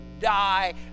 die